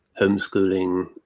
homeschooling